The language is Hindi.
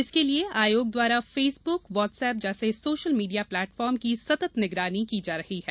इसके लिए आयोग द्वारा फेसबुक वाट्सएप जैसे सोशल मीडिया प्लेटफार्म की सतत निगरानी की जा रही है